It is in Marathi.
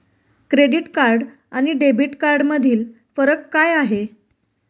क्रेडिट कार्ड आणि डेबिट कार्डमधील फरक काय आहे?